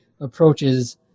approaches